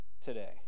today